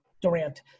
Durant